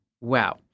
Wow